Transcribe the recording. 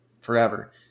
forever